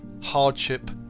hardship